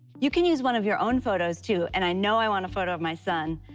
you can use one of your own photos, too, and i know i want a photo of my son.